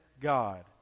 God